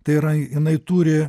tai yra jinai turi